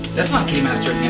that's not kinny master